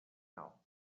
now